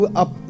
up